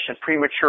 premature